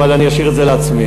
אבל אני אשאיר את זה לעצמי.